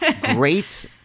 great